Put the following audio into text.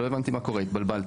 לא הבנתי מה קורה התבלבלתי,